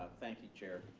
thank you chair.